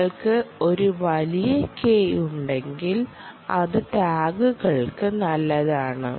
നിങ്ങൾക്ക് ഒരു വലിയ K ഉണ്ടെങ്കിൽ അത് ടാഗുകൾക്ക് നല്ലതാണ്